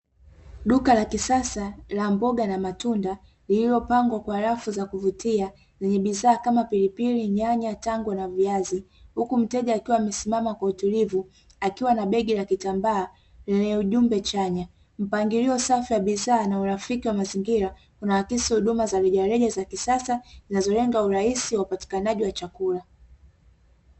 Duka la kisasa la mboga na matunda, lililopangwa kwa rafu za kuvutia yenye bidhaa kama n pilipili, nyanya, tango na viazi, huku mteja akiwa amesimama kwa utulivu akiwa na begi la kitambaa, lenye ujumbe chanya, mpangilio safi wa bidhaa na urafiki wa mazingira unaakisi huduma za rejareja za kisasa zinazolenga urahisi wa upatikanaji wa chakula.